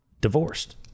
divorced